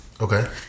Okay